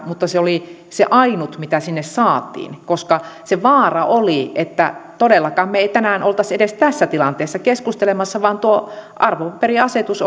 mutta se oli se ainut mitä sinne saatiin koska se vaara oli että todellakaan me emme tänään olisi edes tässä tilanteessa keskustelemassa vaan tuo arvopaperiasetus